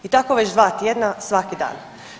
I tako već dva tjedna svaki dan.